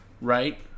Right